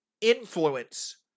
influence